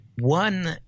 one